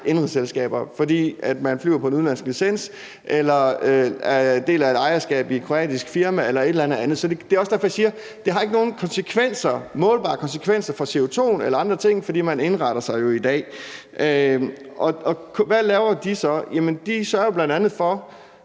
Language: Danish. indenrigsselskaber, fordi man flyver på en udenlandsk licens eller er en del af et ejerskab i et kroatisk firma eller et eller andet. Så det er også derfor, jeg siger: Det har ikke nogen konsekvenser – målbare konsekvenser – for CO2'en eller andre ting, for man indretter sig jo i dag. Og hvad laver de så? Jamen de sørger jo bl.a. for,